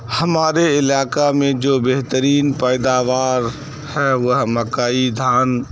ہمارے علاقے میں جو بہترین پیداوار ہے وہ مکئی دھان